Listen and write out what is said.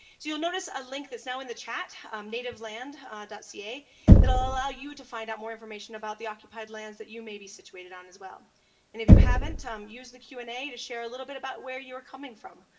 so you'll notice a link that's now in the chat native land dossier that will allow you to find out more information about the occupied lands that you may be situated on as well. and if you haven't um used the q and a to share a little bit about where you are coming from,